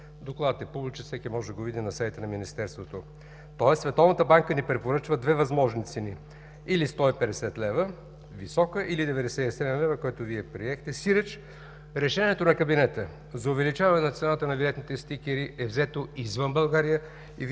Докладът е публичен, всеки може да го види на сайта на Министерството. Тоест Световната банка ни препоръчва две възможни цени: или 150 лв. – висока, или 97 лв., което Вие приехте, сиреч решението на кабинета за увеличаване цената на винетните стикери е взето извън България и Вие